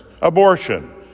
abortion